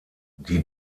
die